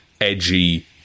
edgy